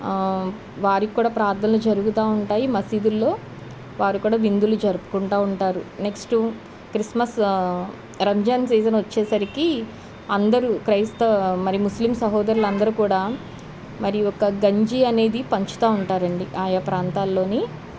వారికి కూడా ప్రార్థనలు జరుగుతూ ఉంటాయి మసీదుల్లో వారు కూడా విందులు జరుపుకుంటూ ఉంటారు నెక్స్టు క్రిస్మస్ రంజాన్ సీజన్ వచ్చేసరికి అందరూ క్రైస్తవ మరి ముస్లిం సహోదరులందరు కూడా మరి ఒక గంజీ అనేది పంచుతా ఉంటారు అండి ఆయా ప్రాంతాల్లోని